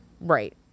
Right